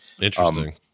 Interesting